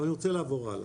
אני רוצה לעבור הלאה: